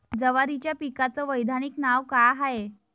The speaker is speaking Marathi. जवारीच्या पिकाचं वैधानिक नाव का हाये?